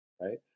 right